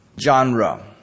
genre